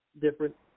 different